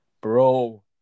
bro